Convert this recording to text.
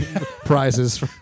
prizes